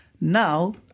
now